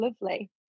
lovely